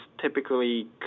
typically